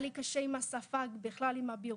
גם היה לי קשה עם השפה ובכלל עם הבירוקרטיה.